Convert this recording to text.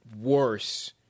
worse